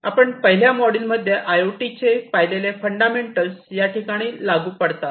आपण पहिल्या मॉड्यूल मध्ये आय ओ टी चे पाहिलेले फंडामेंटल याठिकाणी लागू पडतात